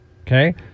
okay